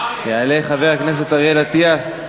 יעלה חבר הכנסת אריאל אטיאס.